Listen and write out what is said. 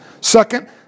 Second